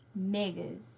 niggas